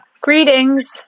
Greetings